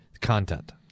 content